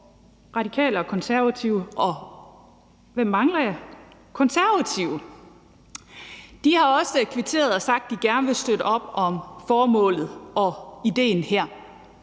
bakket op. Alternativet, Radikale og Konservative har også kvitteret og sagt, at de gerne vil støtte op om formålet og idéen her.